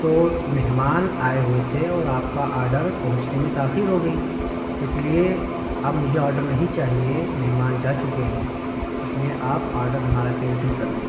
تو مہمان آئے ہوئے تھے اور آپ کا آرڈر پہنچنے میں تاخیر ہو گئی اس لیے اب مجھے آرڈر نہیں چاہیے مہمان جا چکے ہیں اس لیے آپ آرڈر ہمارا کینسل کر دیں